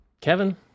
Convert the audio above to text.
Kevin